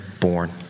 born